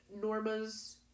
Norma's